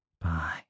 Bye